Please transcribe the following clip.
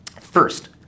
First